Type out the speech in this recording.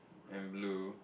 and blue